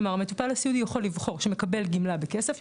כלומר המטופל הסיעודי יכול לבחור שמקבל גמלה בכסף,